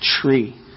tree